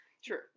Sure